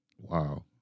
Wow